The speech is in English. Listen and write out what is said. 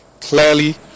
Clearly